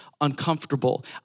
uncomfortable